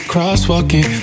Crosswalking